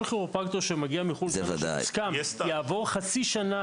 כל כירופרקטור שמגיע מחו"ל יעבור חצי שנה